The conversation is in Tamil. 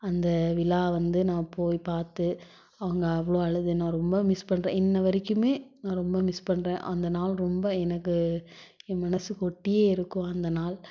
அந்த விழா வந்து நான் போய் பார்த்து அவங்க அவ்வளோ அழுது நான் ரொம்ப மிஸ் பண்ணுறேன் இன்ன வரைக்குமே நான் ரொம்ப மிஸ் பண்ணுறேன் அந்த நாள் ரொம்ப எனக்கு என் மனதுக்கு ஒட்டியே இருக்கும் அந்த நாள்